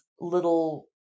little